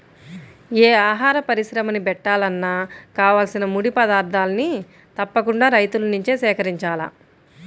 యే ఆహార పరిశ్రమని బెట్టాలన్నా కావాల్సిన ముడి పదార్థాల్ని తప్పకుండా రైతుల నుంచే సేకరించాల